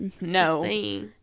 No